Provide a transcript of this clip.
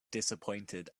disappointed